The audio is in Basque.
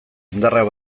indarrak